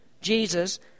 Jesus